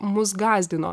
mus gąsdino